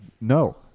No